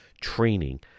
training